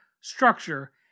structure